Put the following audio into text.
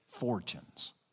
fortunes